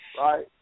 right